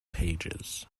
pages